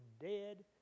dead